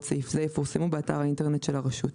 סעיף זה יפורסמו באתר האינטרנט של הרשות.